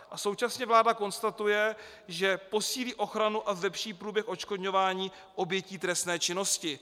A současně vláda konstatuje, že posílí ochranu a zlepší průběh odškodňování obětí trestné činnosti.